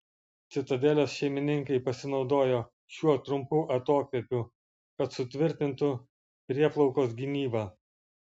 citadelės šeimininkai pasinaudojo šiuo trumpu atokvėpiu kad sutvirtintų prieplaukos gynybą